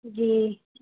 جی